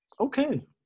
Okay